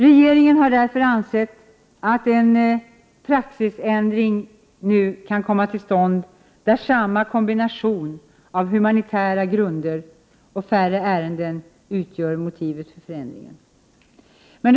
Regeringen har därför ansett att en praxisändring bör komma till stånd, där samma kombination av humanitära grunder och färre ärenden utgör motivet för ändringen.